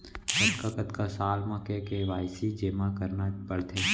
कतका कतका साल म के के.वाई.सी जेमा करना पड़थे?